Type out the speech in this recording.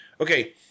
okay